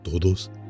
todos